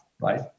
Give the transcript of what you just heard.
right